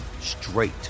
straight